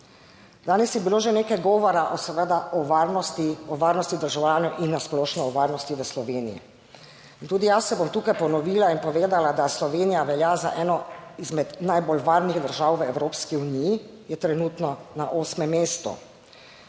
Danes je bilo že nekaj govora seveda o varnosti, o varnosti državljanov in na splošno o varnosti v Sloveniji in tudi jaz se bom tukaj ponovila in povedala, da Slovenija velja za eno izmed najbolj varnih držav v Evropski uniji; je trenutno na 8. mestu.